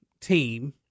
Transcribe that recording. team